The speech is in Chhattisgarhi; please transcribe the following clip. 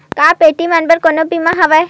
का बेटी मन बर कोनो बीमा हवय?